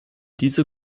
dieser